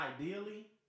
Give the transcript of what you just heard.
ideally